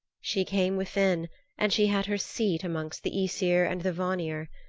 she came within and she had her seat amongst the aesir and the vanir.